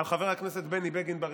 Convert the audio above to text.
על חבר הכנסת בני בגין ברחוב.